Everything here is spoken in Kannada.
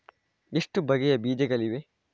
ಎಷ್ಟು ಬಗೆಯ ಬೀಜಗಳಿವೆ?